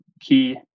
key